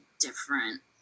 different